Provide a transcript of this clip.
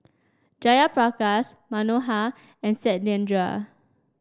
Jayaprakash Manohar and Satyendra